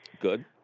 Good